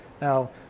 Now